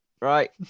Right